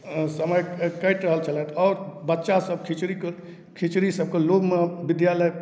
आओर समय काटि रहल छलथि आओर बच्चा सब खिचड़ीके खिचड़ी सबके लोभमे विद्यालय